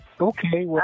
Okay